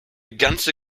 ganze